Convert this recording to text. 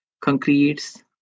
concretes